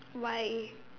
why